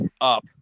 up